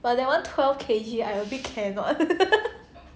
but that one twelve kg I a bit cannot